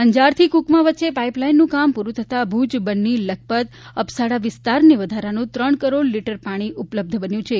અંજારથી કુકમા વચ્ચે પાઇપલાઇનનું કામ પુરૂ થતાં ભૂજ બન્ની લખપત અબડાસા વિસ્તારને વધારાનું ત્રણ કરોડ લીટર પાણી ઉપલબ્ધ બન્યું છે